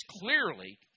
clearly